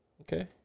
okay